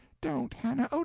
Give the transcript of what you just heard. don't, hannah,